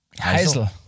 Heisel